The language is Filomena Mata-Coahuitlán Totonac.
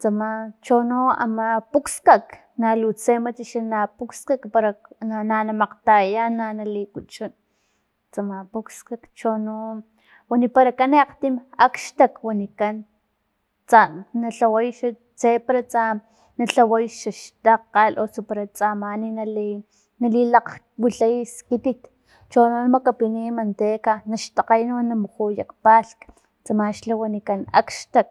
tsama chono ama pukskak nalutse mat xa na pukxkak para na namakgtayayan na nalikuchun tsama pukskak chono waniparakan akgtim akxtak wanikan tsa nalhaway tse para na lhaway xa xtakgal osu para tsa mani nali nalilakgwilhay skitit chono na makapiniy manteca naxtakgaya na mujuya nak palhk tsama xa wanikan akxtak